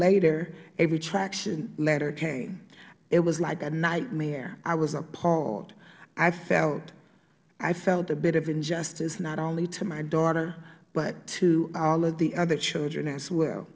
later a retraction letter came it was like a nightmare i was appalled i felt a bit of injustice not only to my daughter but to all of the other children as well